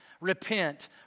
repent